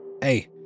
Hey